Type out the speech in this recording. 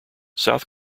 south